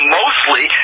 mostly